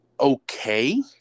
okay